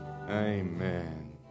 amen